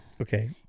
Okay